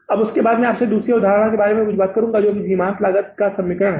अब उसके बाद मैं आपसे दूसरी अवधारणा के बारे में कुछ बात करूंगा जो सीमांत लागत का समीकरण है